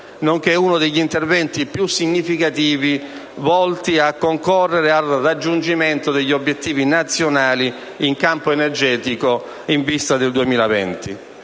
nonché uno degli interventi più significativi volti a concorrere al raggiungimento degli obiettivi nazionali in campo energetico in vista del 2020.